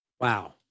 Wow